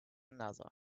another